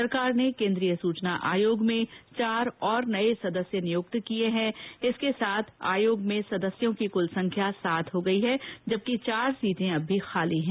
सरकार ने केन्द्रीय सुचना आयोग में चार और नये सदस्य नियुक्त किये हैं इसके साथ आयोग में सदस्यों की कुल संख्या सात हो गई है जबकि चार सीटें अब भी खाली हैं